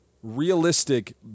realistic